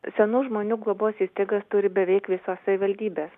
senų žmonių globos įstaigas turi beveik visos savivaldybės